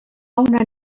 una